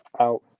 out